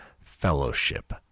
fellowship